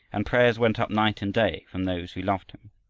and prayers went up night and day from those who loved him.